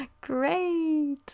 Great